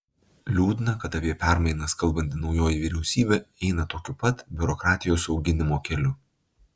liūdna kad apie permainas kalbanti naujoji vyriausybė eina tokiu pat biurokratijos auginimo keliu